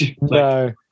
No